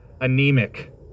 anemic